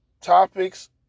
topics